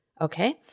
Okay